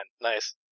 nice